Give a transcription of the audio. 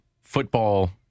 football